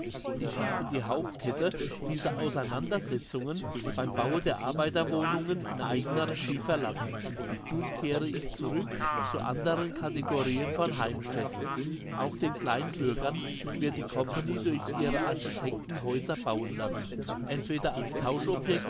ich habe die hauptkette dieser auseinandersetzungen beim baue der arbeiterwohnungen in eigener regie verlassen nun kehre ich zurück zu anderen kategorien von heimstätten auch den kleinbürgern wird die company durch ihre architekten häuser bauen lassen entweder als